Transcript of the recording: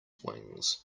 wings